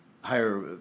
higher